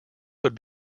would